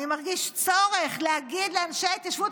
אני מרגיש צורך להגיד לאנשי ההתיישבות